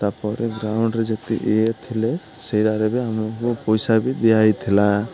ତାପରେ ଗ୍ରାଉଣ୍ଡରେ ଯେତି ଇଏ ଥିଲେ ସେଇଟାରେ ବି ଆମକୁ ପଇସା ବି ଦିଆହୋଇଥିଲା